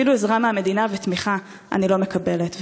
אפילו עזרה מהמדינה ותמיכה אני לא מקבלת.